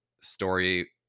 story